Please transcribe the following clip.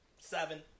Seven